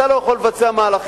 אתה לא יכול לבצע מהלכים,